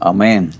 Amen